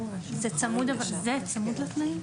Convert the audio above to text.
זה צמוד לתנאים?